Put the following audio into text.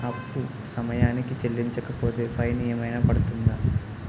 అప్పు సమయానికి చెల్లించకపోతే ఫైన్ ఏమైనా పడ్తుంద?